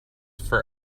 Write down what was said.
for